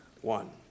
one